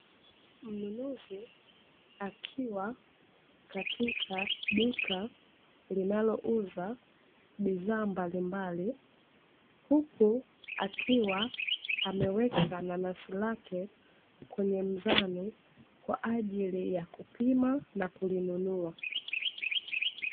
Mnunuzi akiwa katika duka linalouza bidhaa mbalimbali, huku akiwa ameweka nanasi lake kwenye mzani kwa ajili ya kupima nakununua.